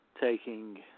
taking